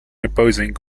opposing